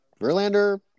Verlander